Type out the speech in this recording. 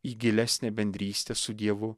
į gilesnę bendrystę su dievu